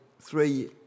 three